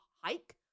hike